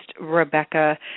Rebecca